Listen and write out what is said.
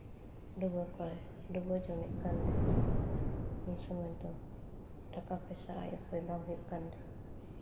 ᱰᱩᱵᱟᱹ ᱠᱚᱭ ᱰᱩᱵᱟᱹ ᱡᱚᱢᱮᱜ ᱠᱟᱱᱨᱮ ᱩᱱ ᱥᱚᱢᱚᱭ ᱫᱚ ᱴᱟᱠᱟ ᱯᱚᱭᱥᱟ ᱟᱭ ᱩᱯᱟᱹᱭ ᱵᱟᱝ ᱦᱩᱭᱩᱜ ᱠᱟᱱᱨᱮ